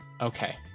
Okay